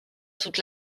toute